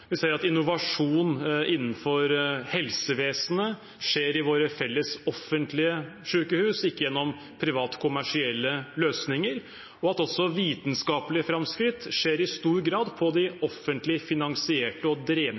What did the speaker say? Vi ser at innovasjon innenfor helsevesenet skjer i våre felles offentlige sykehus, ikke gjennom private, kommersielle løsninger, og at også vitenskapelige framskritt i stor grad skjer på de offentlig finansierte og